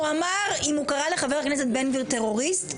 אם הוא קרא לחבר הכנסת בן גביר טרוריסט,